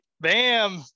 Bam